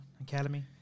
Academy